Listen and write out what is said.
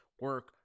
Work